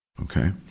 Okay